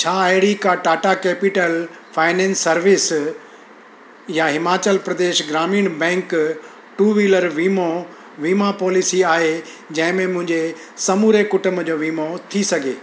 छा अहिड़ी का टाटा कैपिटल फाइनेंस सर्विसेज़ या हिमाचल प्रदेश ग्रामीण बैंक टू व्हीलर वीमो वीमा पॉलिसी आहे जंहिं में मुंहिंजे समूरे कुटुंब जो वीमो थी सघे